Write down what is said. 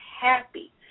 happy